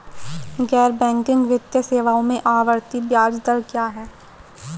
गैर बैंकिंग वित्तीय सेवाओं में आवर्ती ब्याज दर क्या है?